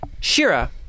Shira